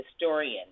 historian